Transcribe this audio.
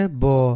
bo